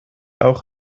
auch